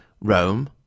Rome